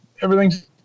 Everything's